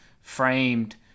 framed